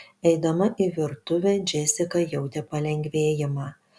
eidama į virtuvę džesika jautė palengvėjimą